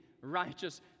righteous